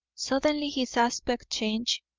suddenly his aspect changed.